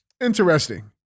Interesting